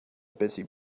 busy